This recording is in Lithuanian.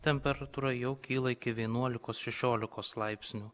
temperatūra jau kyla iki vienuolikos šešiolikos laipsnių